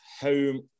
home